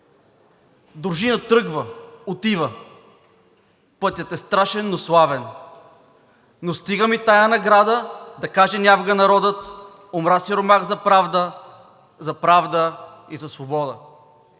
„Дружина тръгва, отива, пътят е страшен, но славен, Но… стига ми тази награда – да каже нявга народът: умря сиромах за правда, за правда и за свобода.“